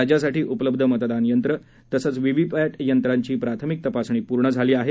राज्यासाठी उपलब्ध मतदान यंत्र तसंच व्हीव्हीपॅट यंत्रांची प्राथमिक तपासणी पूर्ण झाली आहे